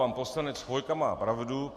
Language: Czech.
Pan poslanec Chvojka má pravdu.